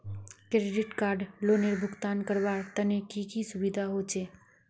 Credit card लोनेर भुगतान करवार तने की की सुविधा होचे??